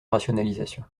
rationalisation